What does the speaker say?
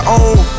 own